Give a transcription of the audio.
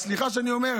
אז סליחה שאני אומר,